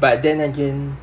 but then again